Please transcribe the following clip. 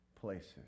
places